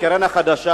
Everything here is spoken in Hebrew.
הקרן החדשה,